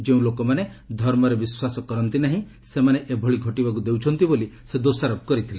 ଯେଉଁ ଲୋକମାନେ ଧର୍ମରେ ବିଶ୍ୱାସ କରନ୍ତି ନାହିଁ ସେମାନେ ଏଭଳି ଘଟିବାକୁ ଦେଉଛନ୍ତି ବୋଲି ସେ ଦୋଷାରୋପ କରିଥିଲେ